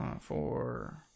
four